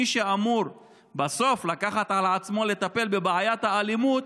מי שאמור בסוף לקחת על עצמו לטפל בבעיית האלימות,